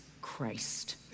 Christ